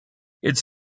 its